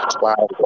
Wow